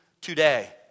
today